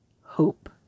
hope